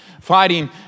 fighting